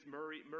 Murray